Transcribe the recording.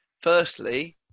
firstly